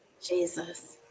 jesus